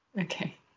Okay